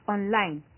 Online